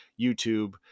YouTube